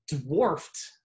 dwarfed